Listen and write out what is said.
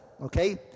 Okay